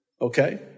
okay